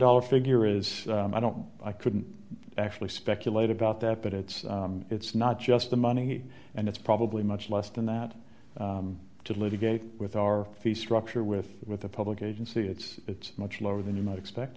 dollars figure is i don't i couldn't actually speculate about that but it's it's not just the money and it's probably much less than that to litigate with our fee structure with with the public agency it's it's much lower than you might expect